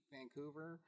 Vancouver